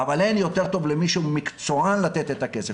אבל אין יותר טוב למי שהוא מקצוען לתת את הכסף,